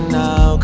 now